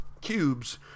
cubes